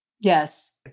Yes